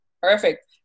Perfect